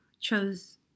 chose